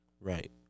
Right